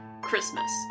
Christmas